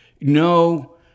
No